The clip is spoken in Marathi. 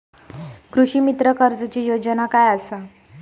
कृषीमित्र कर्जाची योजना काय असा?